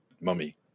mummy